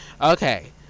Okay